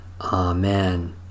Amen